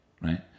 right